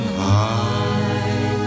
high